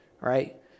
right